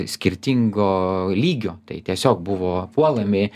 skirtingo lygio tai tiesiog buvo puolami